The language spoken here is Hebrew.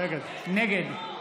נגד